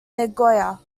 nagoya